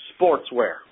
Sportswear